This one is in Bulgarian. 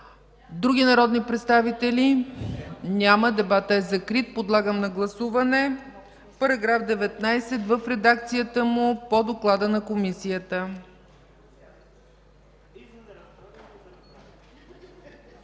Други народни представители? Няма. Дебатът е закрит. Поставям на гласуване § 19 в редакцията му по доклада на Комисията.